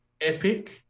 epic